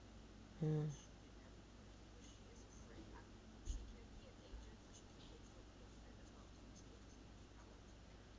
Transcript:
mm